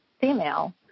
female